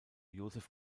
joseph